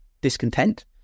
discontent